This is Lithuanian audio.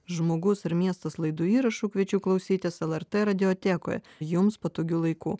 žmogus ir miestas laidų įrašų kviečiu klausytis lrt radiotekoje jums patogiu laiku